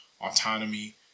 autonomy